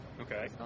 Okay